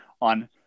on